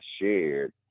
shared